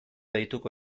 deituko